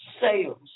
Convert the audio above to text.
sales